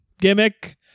gimmick